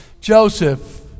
Joseph